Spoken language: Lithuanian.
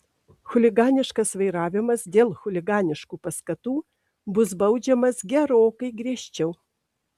chuliganiškas vairavimas dėl chuliganiškų paskatų bus baudžiamas gerokai griežčiau